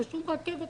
לשום רכבת,